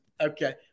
Okay